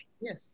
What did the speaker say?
Yes